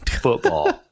football